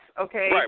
okay